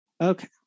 Okay